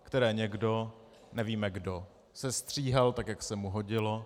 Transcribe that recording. Které někdo, nevíme kdo, sestříhal tak, jak se mu hodilo.